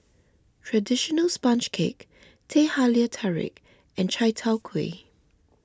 Traditional Sponge Cake Teh Halia Tarik and Chai Tow Kway